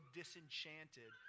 disenchanted